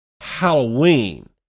halloween